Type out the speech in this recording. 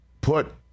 put